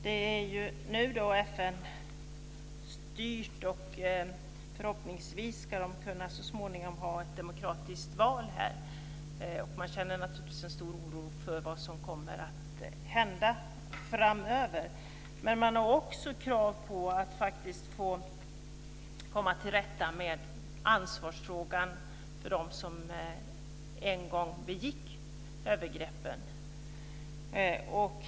Det är ju nu FN-styrt. Förhoppningsvis ska de så småningom kunna ha ett demokratiskt val. De känner naturligtvis en stor oro över vad som kommer att hända framöver. Men det finns också krav på att man faktiskt ska komma till rätta med ansvarsfrågan när det gäller dem som en gång begick övergreppen.